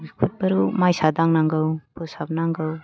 बिफोरखौ मायसा दांनांगौ फोसाबनांगौ